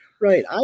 Right